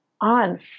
on